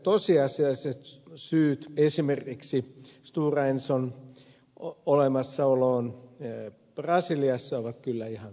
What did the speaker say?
tosiasialliset syyt esimerkiksi stora enson olemassaoloon brasiliassa ovat kyllä ihan toisaalla